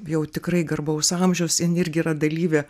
jau tikrai garbaus amžiaus jin irgi yra dalyvė